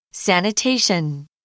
Sanitation